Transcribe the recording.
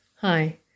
Hi